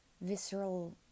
visceral